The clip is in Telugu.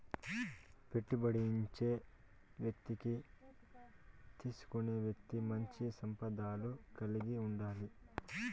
పెట్టుబడి ఇచ్చే వ్యక్తికి తీసుకునే వ్యక్తి మంచి సంబంధాలు కలిగి ఉండాలి